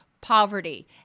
poverty